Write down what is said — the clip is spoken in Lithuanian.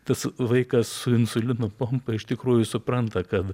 tas vaikas su insulino pompa iš tikrųjų supranta kad